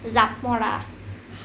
জাঁপ মৰা